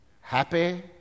happy